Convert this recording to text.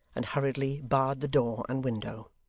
and hurriedly barred the door and window.